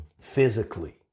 physically